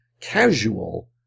casual